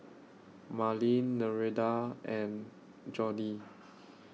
Marlyn Nereida and Joni